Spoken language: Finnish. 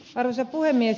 arvoisa puhemies